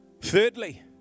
Thirdly